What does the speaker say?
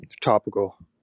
topical